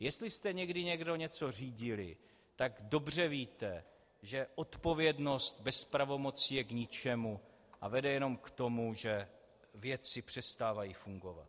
Jestli jste někdy někdo něco řídili, tak dobře víte, že odpovědnost bez pravomoci je k ničemu a vede jenom k tomu, že věci přestávají fungovat.